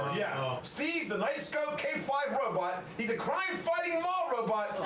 yeah, steve the knightscope k five robot. he's a crime fighting mall robot.